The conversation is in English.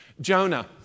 Jonah